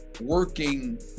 working